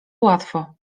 łatwo